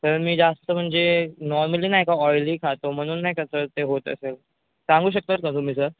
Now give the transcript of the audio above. sir मी जास्त म्हणजे नॉर्मली नाही का ऑईली खातो म्हणून नाही का सर ते होत असेल सांगू शकतात का तुम्ही सर